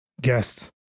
guests